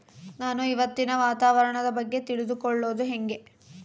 ನಾನು ಇವತ್ತಿನ ವಾತಾವರಣದ ಬಗ್ಗೆ ತಿಳಿದುಕೊಳ್ಳೋದು ಹೆಂಗೆ?